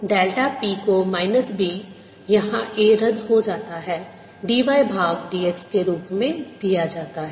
तो delta p को minus B यहां A रद्द हो जाता है dy भाग dx के रूप में दिया जाता है